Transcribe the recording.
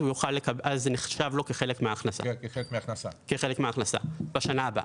זה נחשב לו כחלק מההכנסה בשנה הבאה.